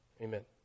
Amen